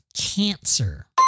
Cancer